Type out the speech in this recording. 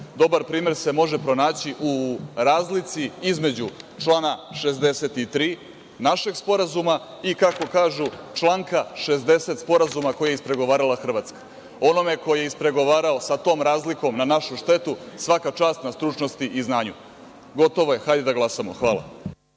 dobar primer se može pronaći u razlici između člana 63, našeg sporazuma i, kako kažu, članka 60. sporazuma koji je ispregovarala Hrvatska. Onome ko je ispregovarao sa tom razlikom na našu štetu svaka čast na stručnosti i znanju. Gotovo je. Hajde da glasamo. Hvala.